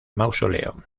mausoleo